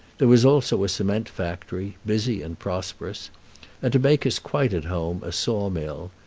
there was also a cement factory, busy and prosperous and to make us quite at home, a saw-mill.